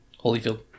Holyfield